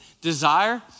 desire